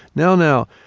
now, now,